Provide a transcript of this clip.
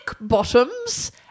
bottoms